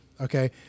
Okay